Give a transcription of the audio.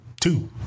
two